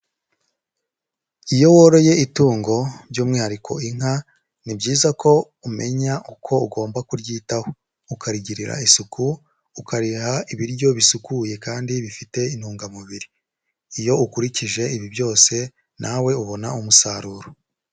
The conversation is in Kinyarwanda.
Iyo woroye itungo, by'umwihariko inka. Ni byiza ko, umenya uko ugomba kuryitaho. Ukarigirira isuku, ukariha ibiryo bisukuye kandi bifite intungamubiri. Iyo ukurikije ibi byose, nawe ubona umusaruro.